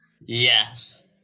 Yes